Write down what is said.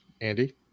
Andy